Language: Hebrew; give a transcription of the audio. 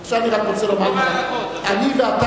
עכשיו אני רק רוצה לומר לך: אני ואתה